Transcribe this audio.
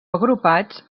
agrupats